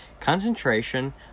Concentration